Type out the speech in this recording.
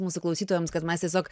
mūsų klausytojams kad mes tiesiog